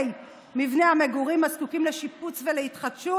מבנה המגורים הזקוקים לשיפוץ ולהתחדשות